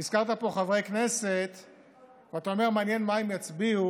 הזכרת פה חברי כנסת ואתה אומר: מעניין מה הם יצביעו,